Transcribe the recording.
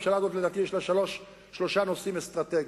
לממשלה הזאת יש שלושה נושאים אסטרטגיים: